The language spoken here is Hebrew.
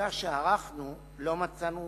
מבדיקה שערכנו לא מצאנו